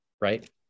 right